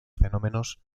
fenómenos